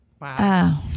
Wow